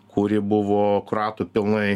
kuri buvo kroatų pilnai